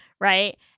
Right